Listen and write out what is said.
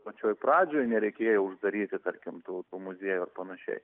pačioj pradžioj pradžioj nereikėjo uždaryti tarkim tų tų muziejų ir panašiai